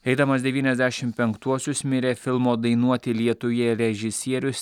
eidamas devyniasdešimt penktuosius mirė filmo dainuoti lietuje režisierius